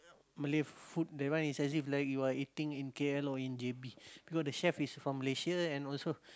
Malay food that one is as if like you are eating in k_l or in j_b because the chef is from Malaysia and also